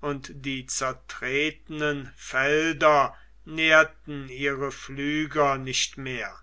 und die zertretenen felder nährten ihre pflüger nicht mehr